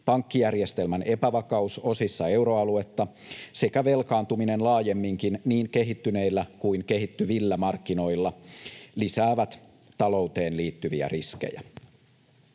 pankkijärjestelmän epävakaus osissa euroaluetta sekä velkaantuminen laajemminkin niin kehittyneillä kuin kehittyvillä markkinoilla lisäävät talouteen liittyviä riskejä.